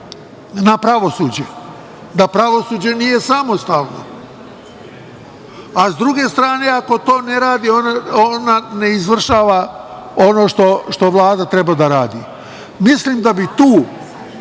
na pravosuđe? Da pravosuđe nije samostalno? Sa druge strane, ako to ne radi onda ne izvršava ono što Vlada treba da radi. Mislim da bi tu